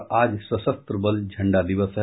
और आज सशस्त्र बल झंडा दिवस है